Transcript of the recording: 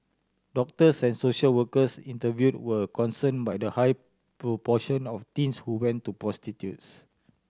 doctors and social workers interviewed were concern by the high proportion of teens who went to prostitutes